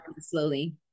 slowly